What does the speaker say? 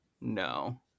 no